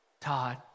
Todd